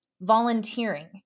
volunteering